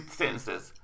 sentences